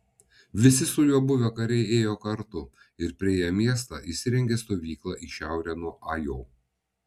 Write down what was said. visi su juo buvę kariai ėjo kartu ir priėję miestą įsirengė stovyklą į šiaurę nuo ajo